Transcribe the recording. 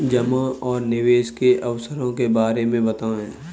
जमा और निवेश के अवसरों के बारे में बताएँ?